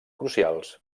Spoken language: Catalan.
crucials